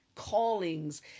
callings